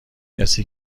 کسی